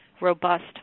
robust